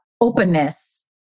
openness